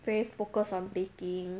very focused on baking